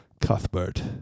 Cuthbert